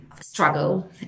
struggle